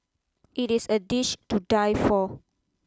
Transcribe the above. it is a dish to die for